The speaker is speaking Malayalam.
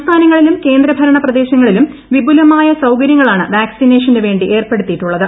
സംസ്ഥാനങ്ങളിലും കേന്ദ്രഭരണ പ്രദേശങ്ങളിലും വിപുലമായ സൌകര്യങ്ങളാണ് വാക്സിനേഷനുവേണ്ടി ഏർപ്പെടുത്തിയിട്ടുള്ളത്